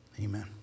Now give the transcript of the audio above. Amen